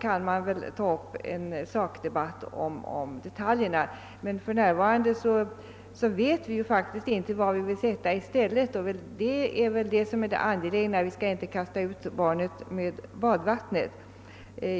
kan man ju ta upp en sakdebatt om detaljerna. Men för närvarande vet vi faktiskt inte vad vi vill sätta i stället, och det är väl det som är det angelägna. Vi skall inte kasta ut barnet med badvattnet.